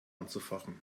anzufachen